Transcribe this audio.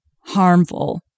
harmful